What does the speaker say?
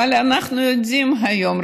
אבל אנחנו יודעים היום,